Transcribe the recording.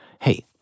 Hey